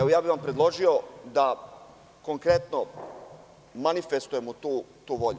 Lično bih vam predložio da konkretno manifestujemo tu volju.